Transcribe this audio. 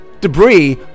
debris